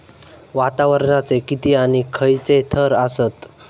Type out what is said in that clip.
वातावरणाचे किती आणि खैयचे थर आसत?